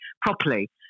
properly